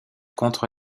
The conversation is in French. contre